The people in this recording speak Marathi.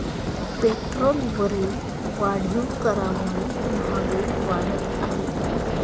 पेट्रोलवरील वाढीव करामुळे महागाई वाढत आहे